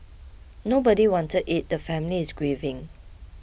nobody wanted it the family is grieving